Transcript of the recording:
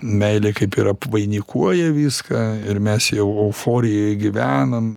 meilė kaip ir apvainikuoja viską ir mes jau euforijoj gyvenam